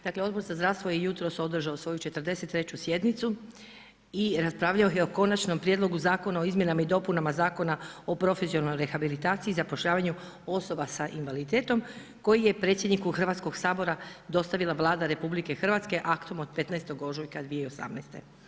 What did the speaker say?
Dakle, Odbor za zdravstvo je jutros održao svoju 43. sjednicu i raspravljao je o Konačnom prijedlogu Zakona o izmjenama i dopunama Zakona o profesionalnoj rehabilitaciji i zapošljavanju osoba s invaliditetom, koji je predsjedniku Hrvatskog sabora dostavila Vlada RH aktom od 15. ožujka 2018.